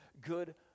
good